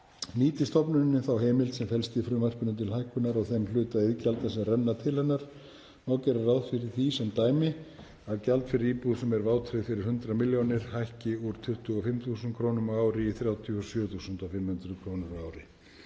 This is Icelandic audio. Nýti stofnunin þá heimild sem felst í frumvarpinu til hækkunar á þeim hluta iðgjalda sem renna til hennar má gera ráð fyrir því, sem dæmi, að gjaldið fyrir íbúð sem er vátryggð fyrir 100 millj. kr. hækki úr 25 þús. kr. á ári í 37.500 kr. á ári.